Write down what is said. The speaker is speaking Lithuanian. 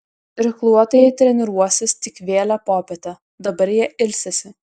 irkluotojai treniruosis tik vėlią popietę dabar jie ilsisi